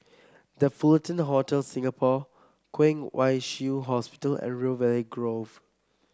The Fullerton Hotel Singapore Kwong Wai Shiu Hospital and River Valley Grove